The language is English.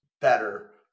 better